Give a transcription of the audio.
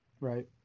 right